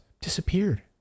Disappeared